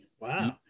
Wow